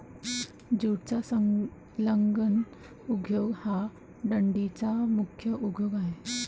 ज्यूटचा संलग्न उद्योग हा डंडीचा मुख्य उद्योग आहे